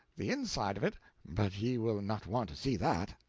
the inside of it but ye will not want to see that.